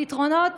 הפתרונות